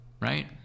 right